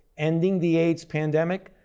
ending the aids pandemic.